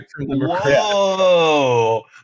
Whoa